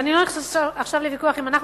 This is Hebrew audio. ואני לא נכנסת עכשיו לוויכוח אם אנחנו